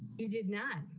you did not.